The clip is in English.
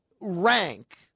rank